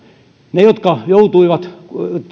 ne jotka